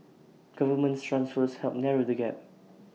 government transfers help narrow the gap